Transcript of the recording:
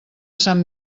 sant